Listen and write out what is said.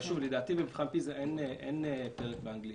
אבל לדעתי במבחן פיז"ה אין פרק באנגלית,